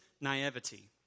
naivety